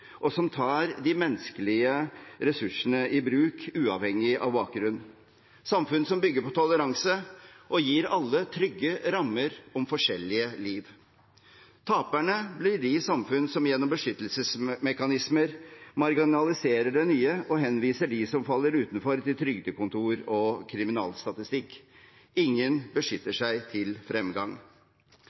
og som tar de menneskelige ressursene i bruk, uavhengig av bakgrunn – samfunn som bygger på toleranse, og som gir alle trygge rammer om forskjellige liv. Taperne blir de samfunn som gjennom beskyttelsesmekanismer marginaliserer det nye, og som henviser dem som faller utenfor, til trygdekontor og kriminalstatistikk. Ingen beskytter seg til fremgang.